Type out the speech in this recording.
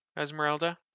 Esmeralda